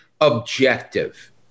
objective